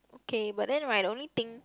okay but then right the only thing